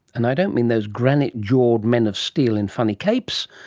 and i don't mean those granite-jawed men of steel in funny capes.